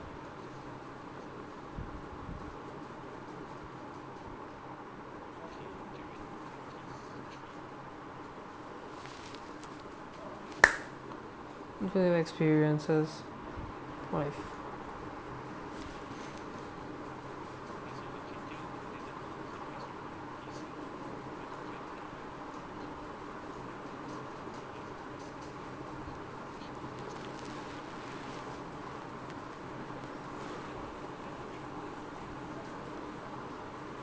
negative experiences one